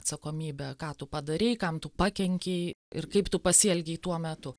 atsakomybę ką tu padarei kam tu pakenkei ir kaip tu pasielgei tuo metu